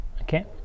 Okay